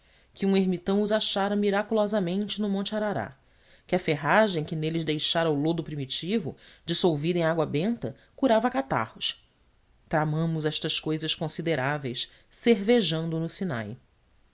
que um ermitão os achara miraculosamente no monte arará que a ferrugem que neles deixara o lodo primitivo dissolvida em água benta curava catarros tramamos estas cousas consideráveis cervejando no sinai